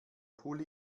pulli